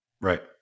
Right